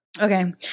Okay